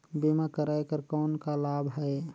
बीमा कराय कर कौन का लाभ है?